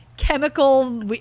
Chemical